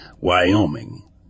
Wyoming